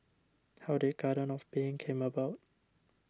how did Garden of Being came about